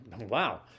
Wow